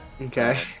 okay